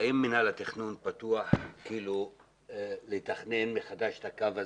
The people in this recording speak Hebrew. האם מינהל התכנון פתוח לתכנן מחדש את הקו הזה,